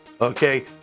Okay